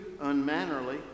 unmannerly